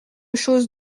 chose